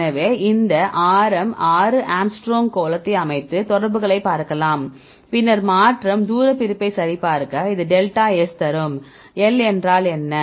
எனவே இந்த ஆரம் 6 ஆங்ஸ்ட்ரோமின் கோளத்தை அமைத்து தொடர்புகளைப் பார்க்கலாம் பின்னர் மாற்றம் தூரப் பிரிப்பைச் சரிபார்க்க அது டெல்டா S தரும் L என்றால் என்ன